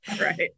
Right